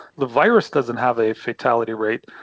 the virus doesn't have a fatality rate,